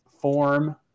form